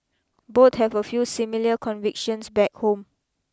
both have a few similar convictions back home